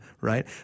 right